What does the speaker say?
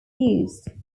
used